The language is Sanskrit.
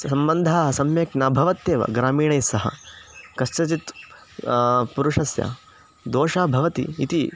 सम्बन्धः सम्यक् न भवत्येव ग्रामीणैस्सह कस्यचित् पुरुषस्य दोषः भवति इति